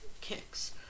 kicks